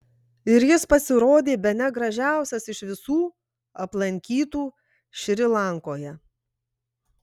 ir jis pasirodė bene gražiausias iš visų aplankytų šri lankoje